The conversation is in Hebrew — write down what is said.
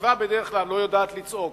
הסביבה בדרך כלל לא יודעת לצעוק,